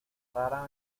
rara